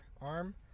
arm